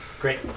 great